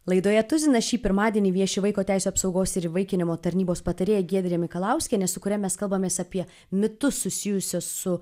laidoje tuzinas šį pirmadienį vieši vaiko teisių apsaugos ir įvaikinimo tarnybos patarėja giedrė mikalauskienė su kuria mes kalbamės apie mitus susijusius su